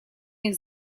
них